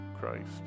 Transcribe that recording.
Christ